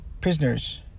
prisoners